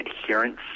adherence